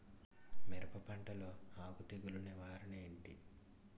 మిరప పంటలో ఆకు తెగులు నివారణ ఏంటి?